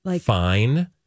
fine